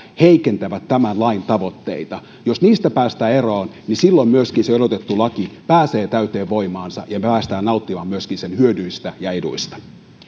heikentävät tämän lain tavoitteita jos niistä päästään eroon niin silloin se odotettu laki pääsee täyteen voimaansa ja me pääsemme myöskin nauttimaan sen hyödyistä ja eduista